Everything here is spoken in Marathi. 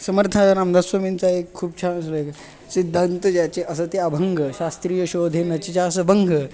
समर्थ रामदास स्वामींचा एक खूप छान जुए सिद्धांत ज्याचे असं ते अभंग शास्त्रीय शोधेम्याची ज्यासं भंग